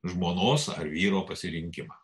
žmonos ar vyro pasirinkimą